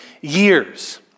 years